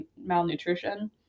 malnutrition